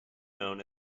known